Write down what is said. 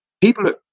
people